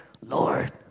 Lord